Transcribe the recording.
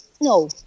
no